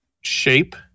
shape